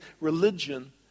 religion